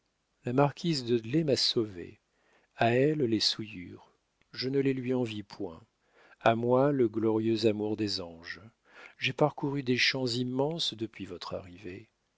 la marquise dudley m'a sauvée a elle les souillures je ne les lui envie point a moi le glorieux amour des anges j'ai parcouru des champs immenses depuis votre arrivée